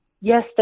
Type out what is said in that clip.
Yes